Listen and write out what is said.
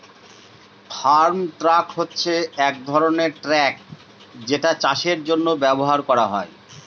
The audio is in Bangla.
ফার্ম ট্রাক হচ্ছে এক ধরনের ট্র্যাক যেটা চাষের জন্য ব্যবহার করা হয়